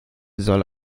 soll